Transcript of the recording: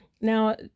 now